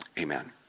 amen